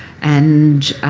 and